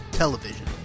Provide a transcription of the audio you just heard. television